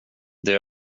det